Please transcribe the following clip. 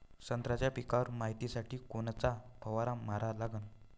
संत्र्याच्या पिकावर मायतीसाठी कोनचा फवारा मारा लागन?